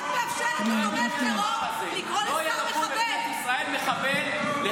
למה את מאפשרת לתומך טרור הזה לקרוא לשר בישראל מחבל?